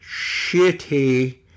Shitty